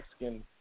Mexican